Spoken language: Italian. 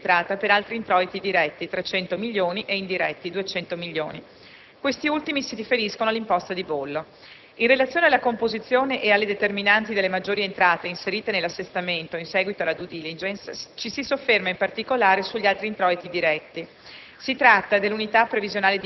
Aumentano poi anche le previsioni di entrata per altri introiti diretti (300 milioni) e indiretti (200 milioni). Questi ultimi si riferiscono all'imposta di bollo. In relazione alla composizione e alle determinanti delle maggiori entrate inserite nell'assestamento in seguito alla *due* *diligence*, ci si sofferma in particolare sugli altri introiti diretti.